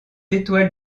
étoile